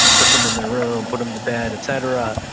put them in their room, put them to bed, et cetera,